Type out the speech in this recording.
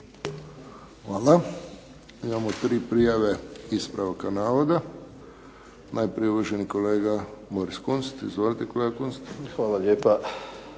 Hvala. Imamo tri prijave ispravka navoda. Najprije uvaženi kolega Boris Kunst. Izvolite, kolega Kunst. **Kunst,